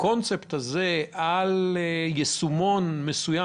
הקונספט הזה על יישומון מסוים,